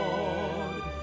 Lord